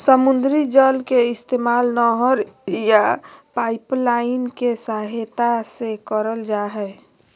समुद्री जल के इस्तेमाल नहर या पाइपलाइन के सहायता से करल जा हय